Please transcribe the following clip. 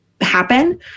happen